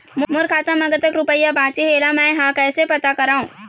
मोर खाता म कतक रुपया बांचे हे, इला मैं हर कैसे पता करों?